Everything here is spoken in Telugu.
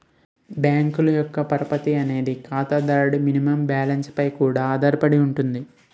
బ్యాంకుల యొక్క పరపతి అనేది ఖాతాదారుల మినిమం బ్యాలెన్స్ పై కూడా ఆధారపడుతుంది